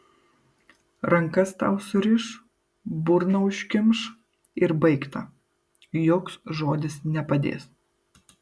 rankas tau suriš burną užkimš ir baigta joks žodis nepadės